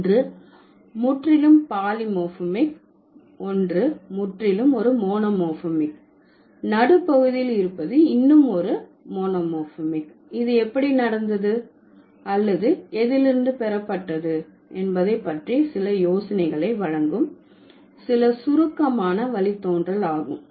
ஒன்று முற்றிலும் பாலிமோர்பிமிக் ஒன்று முற்றிலும் ஒரு மோனோமோர்பிமிக் நடுப்பகுதியில் இருப்பது இன்னும் ஒரு மோனோமோர்பிமிக் இது எப்படி நடந்தது அல்லது எதிலிருந்து பெறப்பட்டது என்பதை பற்றி சில யோசனைகளை வழங்கும் சில சுருக்கமான வழித்தோன்றல் ஆகும்